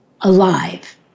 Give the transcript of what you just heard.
alive